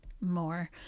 more